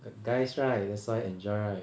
got guys right that's why enjoy right